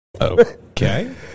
Okay